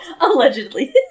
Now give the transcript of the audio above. Allegedly